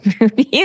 movies